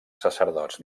sacerdots